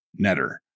Netter